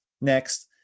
Next